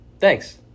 Thanks